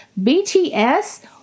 BTS